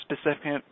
specific